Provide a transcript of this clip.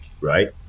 right